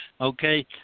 okay